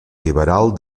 liberal